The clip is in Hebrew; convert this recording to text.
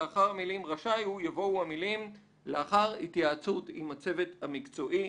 לאחר המילים "רשאי הוא" יבואו המילים "לאחר התייעצות עם הצוות המקצועי".